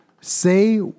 say